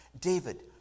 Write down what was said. David